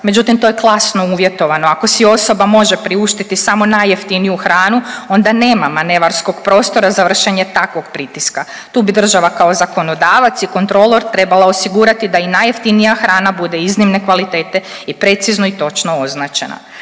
međutim to je klasno uvjetovano, ali si osoba može priuštiti samo najjeftiniju hranu onda nema manevarskog prostora za vršenje takvog pritiska. Tu bi država kao zakonodavac i kontrolor trebala osigurati da i najjeftinija hrana bude iznimne kvalitete i precizno i točno označena.